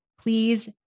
Please